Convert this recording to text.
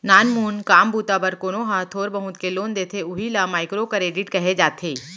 नानमून काम बूता बर कोनो ह थोर बहुत के लोन लेथे उही ल माइक्रो करेडिट कहे जाथे